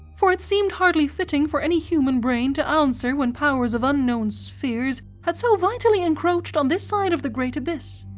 for it seemed hardly fitting for any human brain to answer when powers of unknown spheres had so vitally encroached on this side of the great abyss.